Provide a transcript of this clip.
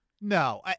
No